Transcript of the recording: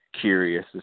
curious